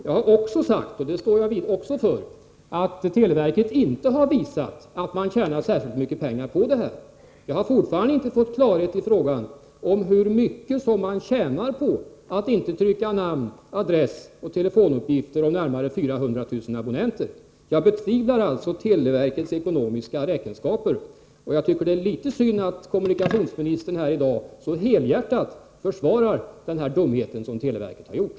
Jag har även sagt — och det står jag också för — att televerket inte har visat att man tjänar särskilt mycket pengar på detta. Ännu har jag inte fått klarhet i frågan hur mycket man tjänar på att inte trycka namn, adress och telefonuppgifter för närmare 400 000 abonnenter. Jag betvivlar alltså televerkets ekonomiska räkenskaper, och jag tycker att det är litet synd att kommunikationsministern här i dag så helhjärtat försvarar den här dumheten som televerket har gjort.